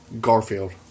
Garfield